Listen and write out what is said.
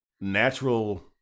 natural